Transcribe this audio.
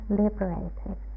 liberated